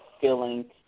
feeling